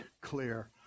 clear